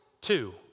two